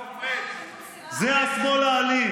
זה השמאל האלים.